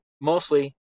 mostly